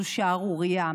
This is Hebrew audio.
זאת שערורייה,